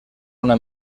una